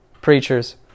preachers